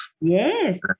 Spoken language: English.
Yes